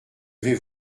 vais